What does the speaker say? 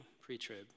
pre-trib